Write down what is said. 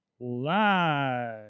live